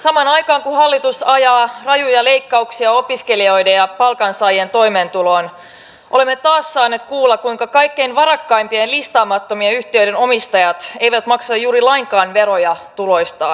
samaan aikaan kun hallitus ajaa rajuja leikkauksia opiskelijoiden ja palkansaajien toimeentuloon olemme taas saaneet kuulla kuinka kaikkein varakkaimpien listaamattomien yhtiöiden omistajat eivät maksa juuri lainkaan veroja tuloistaan